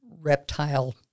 reptile